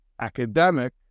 academic